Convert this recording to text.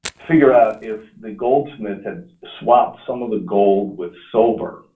figure out if the goldsmith had swapped some of the gold with silver,